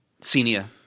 senior